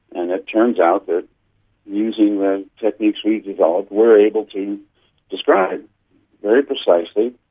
and it turns out that using the techniques we developed we are able to describe very precisely,